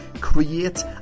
create